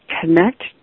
connect